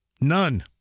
none